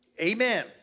Amen